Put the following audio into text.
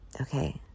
Okay